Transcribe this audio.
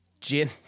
gin